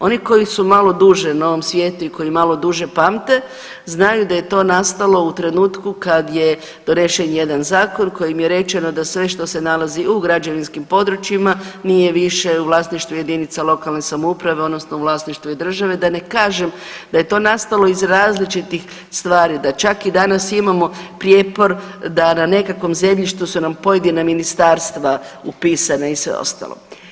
Oni koji su malo duže na ovom svijetu i koji malo duže pamte znaju da je to nastalo u trenutku kad je donesen jedan zakon kojim je rečeno da sve što se nalazi u građevinskim područjima nije više u vlasništvu jedinica lokalne samouprave odnosno u vlasništvu je države da ne kažem da je to nastalo iz različitih stvari da čak i danas imamo prijepor da na nekakvom zemljištu su nam pojedina ministarstva upisana i sve ostalo.